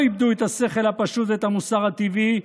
שלא איבדו את השכל הפשוט ואת המוסר הטבעי,